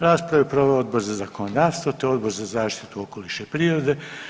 Raspravu je proveo Odbor za zakonodavstvo, te Odbor za zaštitu okoliša i prirode.